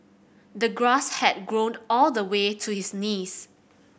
the grass had grown all the way to his knees